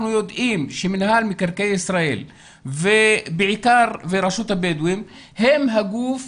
יודעים שמנהל מקרקעי ישראל ורשות הבדואים הם הגוף